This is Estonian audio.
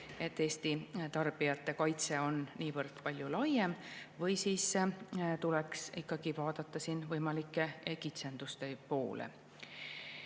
et Eesti tarbijate kaitse on niivõrd palju laiem, või tuleks ikkagi vaadata võimalike kitsenduste poole.